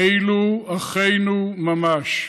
אלה אחינו ממש,